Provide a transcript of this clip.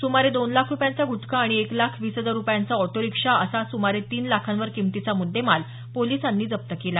सुमारं दोन लाख रुपयांचा गुटखा आणि एक लाख वीस हजार रुपयांचा ऑटो रिक्षा असा सुमारे तीन लाखांवर किमतीचा मुद्देमाल पोलिसांनी जप्त केला